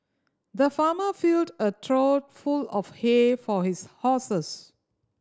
the farmer filled a trough full of hay for his horses